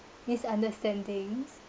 misunderstandings